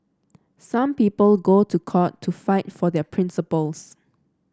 some people go to court to fight for their principles